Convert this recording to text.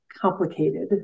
complicated